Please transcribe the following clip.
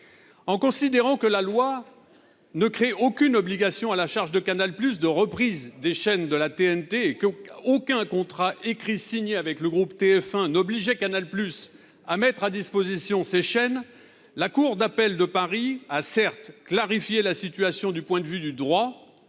en considérant que la loi ne crée aucune obligation à la charge de Canal Plus de reprise des chaînes de la TNT et qu'aucun contrat écrit signé avec le groupe TF1 n'obligeait Canal Plus à mettre à disposition ses chaînes, la cour d'appel de Paris a certes clarifier la situation du point de vue du droit,